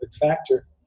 factor